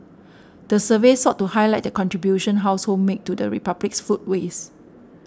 the survey sought to highlight the contribution households make to the Republic's food waste